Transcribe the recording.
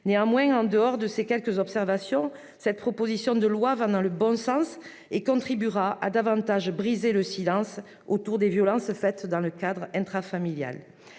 Néanmoins, en dehors de ces quelques observations, nous pensons que cette proposition de loi va dans le bon sens et contribuera à briser davantage le silence autour des violences commises dans le cadre intrafamilial.